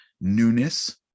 newness